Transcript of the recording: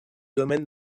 domaine